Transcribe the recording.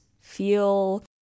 feel